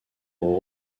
aux